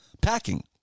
packing